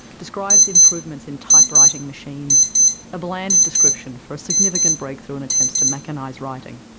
describes improvements in type writing machines a bland description for a significant breakthrough in attempts to mechanise writing.